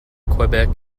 quebec